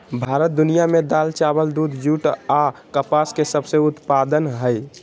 भारत दुनिया में दाल, चावल, दूध, जूट आ कपास के सबसे उत्पादन हइ